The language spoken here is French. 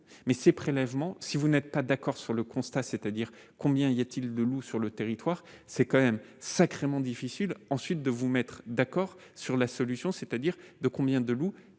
mais ces prélèvements si vous n'êtes pas d'accord sur le constat, c'est-à-, dire combien y a-t-il de loup sur le territoire, c'est quand même sacrément difficile ensuite de vous mettre d'accord sur la solution, c'est à dire de combien de loups,